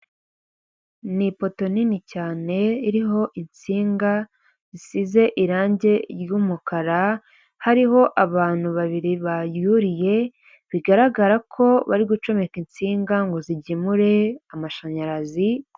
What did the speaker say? Ni ipoto nini cyane iriho insinga zisize irangi ry'umukara, hariho abantu babiri baryuriye, bigaragara ko bari gucomeka insinga ngo zigemure amashanyarazi.